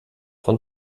von